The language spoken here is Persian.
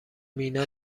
مینا